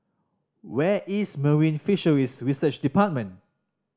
where is Marine Fisheries Research Department